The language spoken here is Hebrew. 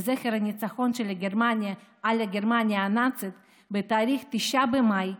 לזכר הניצחון על גרמניה הנאצית בתאריך 9 במאי,